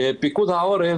פיקוד העורף,